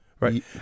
right